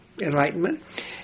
enlightenment